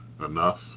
Enough